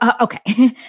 Okay